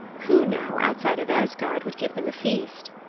who now, outside of asgard, would give them a feast?